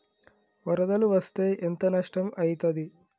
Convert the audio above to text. వరదలు వస్తే ఎంత నష్టం ఐతది?